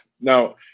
Now